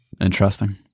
interesting